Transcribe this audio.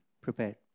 prepared